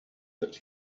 that